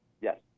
Yes